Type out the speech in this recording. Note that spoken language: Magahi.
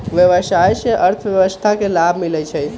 व्यवसाय से अर्थव्यवस्था के लाभ मिलइ छइ